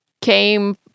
came